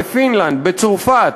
בפינלנד, בצרפת,